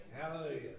Hallelujah